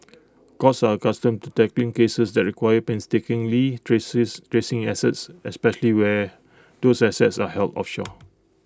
courts are accustomed to tackling cases that require painstakingly traces tracing assets especially where those assets are held offshore